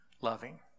loving